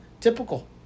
typical